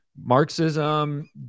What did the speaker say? Marxism